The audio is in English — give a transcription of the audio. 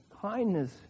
kindness